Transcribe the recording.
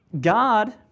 God